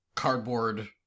Cardboard